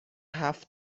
هفت